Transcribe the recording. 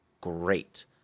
great